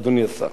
אדוני השר,